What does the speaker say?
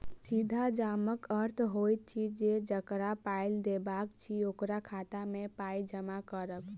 सीधा जमाक अर्थ होइत अछि जे जकरा पाइ देबाक अछि, ओकरा खाता मे पाइ जमा करब